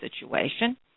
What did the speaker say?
situation